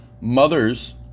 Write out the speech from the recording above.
mother's